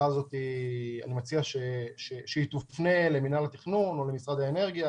אני מציע שהשאלה תופנה למינהל התכנון או למשרד האנרגיה,